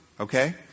Okay